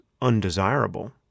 undesirable